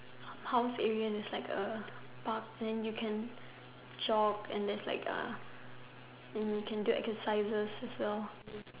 house area there's like a park area then you can jog and there's like a and you can do exercises as well